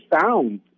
found